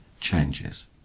changes